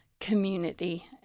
Community